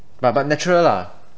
but but natural lah